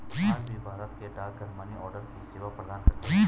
आज भी भारत के डाकघर मनीआर्डर की सेवा प्रदान करते है